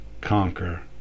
conquer